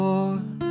Lord